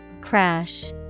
Crash